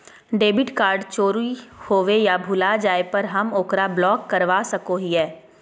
debit card चोरी होवे या भुला जाय पर हम ओकरा ब्लॉक करवा सको हियै